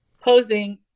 posing